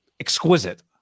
exquisite